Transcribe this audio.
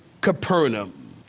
Capernaum